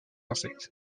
insectes